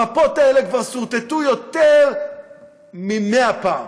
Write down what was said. המפות האלה כבר סורטטו יותר מ-100 פעם.